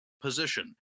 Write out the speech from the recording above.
position